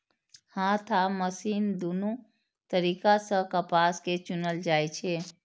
हाथ आ मशीन दुनू तरीका सं कपास कें चुनल जाइ छै